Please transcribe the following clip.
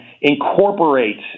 incorporate